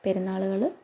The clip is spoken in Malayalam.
പെരുന്നാളുകൾ